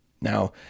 Now